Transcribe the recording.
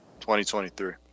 2023